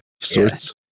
sorts